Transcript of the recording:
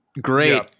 Great